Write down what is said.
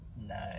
Nice